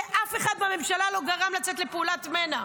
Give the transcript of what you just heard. לאף אחד בממשלה זה לא גרם לצאת לפעולת מנע,